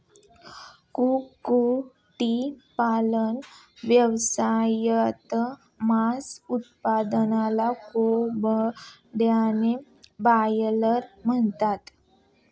कुक्कुटपालन व्यवसायात, मांस उत्पादक कोंबड्यांना ब्रॉयलर म्हणतात